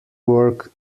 work